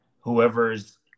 whoever's